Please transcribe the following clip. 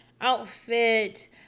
outfit